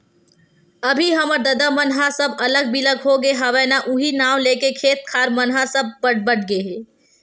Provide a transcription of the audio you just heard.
अभी हमर ददा मन ह सब अलग बिलग होगे हवय ना उहीं नांव लेके खेत खार मन ह सब बट बट गे हे